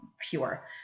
pure